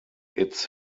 its